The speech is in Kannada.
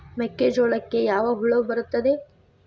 ಮೆಕ್ಕೆಜೋಳಕ್ಕೆ ಯಾವ ಹುಳ ಬರುತ್ತದೆ?